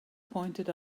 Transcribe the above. pointed